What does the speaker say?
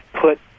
put